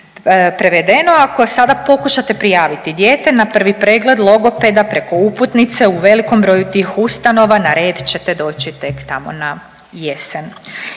ako sada pokušate prijaviti dijete na prvi pregled logopeda preko uputnice, u velikom broju tih ustanova na red ćete doći tek tamo na jesen.